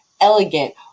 elegant